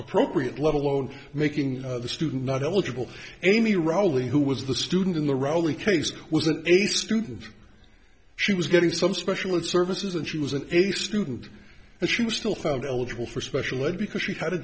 appropriate let alone making the student not eligible any rally who was the student in the rally case was an eighth student she was getting some special in services and she was an a student and she was still found eligible for special ed because she had a